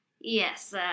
Yes